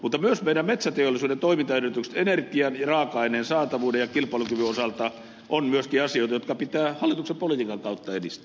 mutta myös meidän metsäteollisuutemme toimintaedellytykset energian ja raaka aineen saatavuuden ja kilpailukyvyn osalta ovat asioita joita pitää hallituksen politiikan kautta edistää